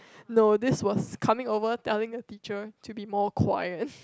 no this was coming over telling the teacher to be more quiet